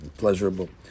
pleasurable